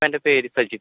എൻ്റെ പേര് സജിത്